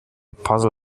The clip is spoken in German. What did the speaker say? puzzle